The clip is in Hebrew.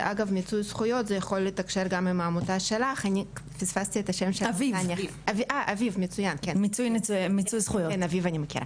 שמיצוי זכויות יכול לתקשר גם עם העמותה של אביב לניצולי שואה.